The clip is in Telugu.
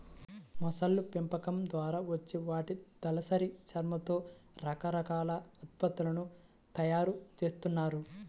మొసళ్ళ పెంపకం ద్వారా వచ్చే వాటి దళసరి చర్మంతో రకరకాల ఉత్పత్తులను తయ్యారు జేత్తన్నారు